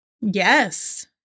Yes